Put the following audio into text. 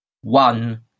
one